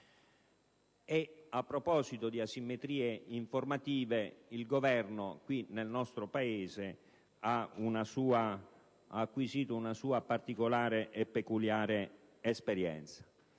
E a proposito di asimmetrie informative il Governo nel nostro Paese ha acquisito una sua particolare e peculiare esperienza.